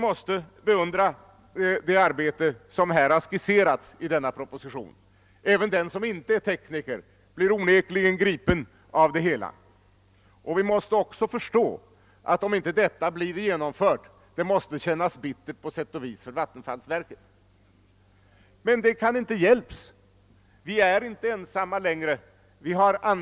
Det är en sak som vi glömmer bort, att till levnadsstandarden onekligen hör att miljön skall gå att leva i också. Vad jag framför allt vill ta upp är frågan hur långt vi över huvud taget får sträcka oss i förstöringen av våra naturvärden i de fall där detta inte är absolut nödvändigt.